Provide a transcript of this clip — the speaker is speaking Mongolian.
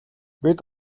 бид